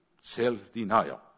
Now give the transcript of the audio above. Self-denial